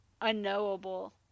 unknowable